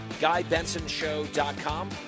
GuyBensonShow.com